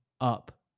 up